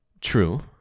True